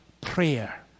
prayer